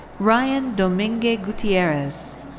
ryan domingue gutierrez.